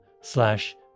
slash